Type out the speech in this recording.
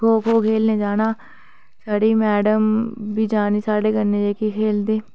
खो खो खेल्लने गी जाना साढ़ी मैडम बी जानी जेह्की साढ़े कन्नै खेल्लदी